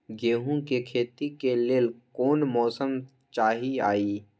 गेंहू के खेती के लेल कोन मौसम चाही अई?